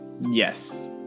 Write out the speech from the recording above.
Yes